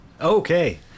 Okay